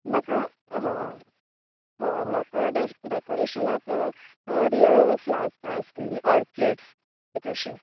म्हाका होय होय म्हाका डे डेकोरेशनाक रियल फ्लार्स जाय आसलीं ऑर्चिड्स बी तशीं